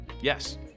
Yes